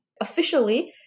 Officially